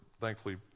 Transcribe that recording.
thankfully